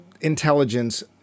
intelligence